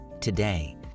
today